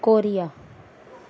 Korea